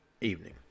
evening